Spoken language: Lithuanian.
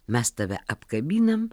mes tave apkabinam